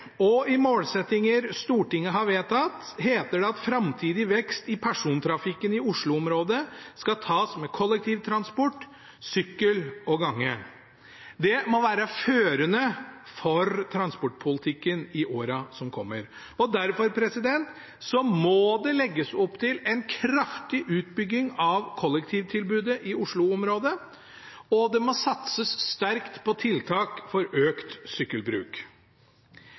og i målsettinger Stortinget har vedtatt, heter det at framtidig vekst i persontrafikken i Oslo-området skal tas med kollektivtransport, sykkel og gange. Det må være førende for transportpolitikkene i årene som kommer. Derfor må det legges opp til en kraftig utbygging av kollektivtilbudet i Oslo-området, og det må satses sterkt på tiltak for økt sykkelbruk.